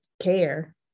care